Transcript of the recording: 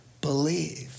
believe